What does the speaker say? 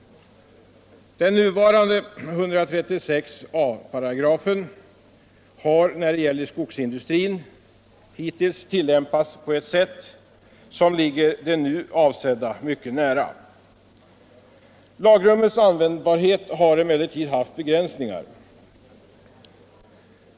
Den nuvarande 136 a § har när det gäller skogsnäringen tillämpats på 141 ett sätt som ligger den nu föreslagna paragrafen mycket nära. Lagrummets användbarhet har emellertid haft begränsningar.